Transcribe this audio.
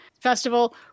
Festival